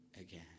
again